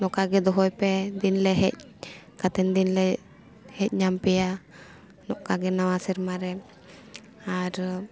ᱱᱚᱝᱠᱟ ᱜᱮ ᱫᱚᱦᱚᱭ ᱯᱮ ᱫᱤᱱ ᱞᱮ ᱦᱮᱡ ᱠᱟᱛᱮᱫ ᱫᱤᱱ ᱞᱮ ᱦᱮᱡ ᱧᱟᱢ ᱯᱮᱭᱟ ᱱᱚᱝᱠᱟ ᱜᱮ ᱱᱟᱣᱟ ᱥᱮᱨᱢᱟ ᱨᱮᱱ ᱟᱨ